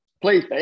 Please